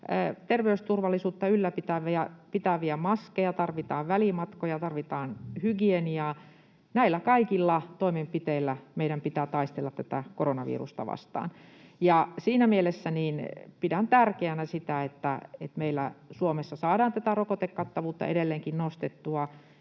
terveysturvallisuutta ylläpitäviä maskeja, tarvitaan välimatkoja, tarvitaan hygieniaa. Näillä kaikilla toimenpiteillä meidän pitää taistella tätä koronavirusta vastaan. Siinä mielessä pidän tärkeänä sitä, että meillä Suomessa saadaan tätä rokotekattavuutta edelleenkin nostettua.